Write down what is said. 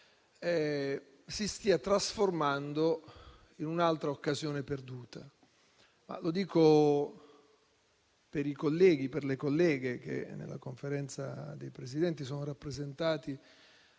si stia trasformando in un'altra occasione perduta. Lo dico per i colleghi e le colleghe che nella Conferenza dei Capigruppo sono rappresentati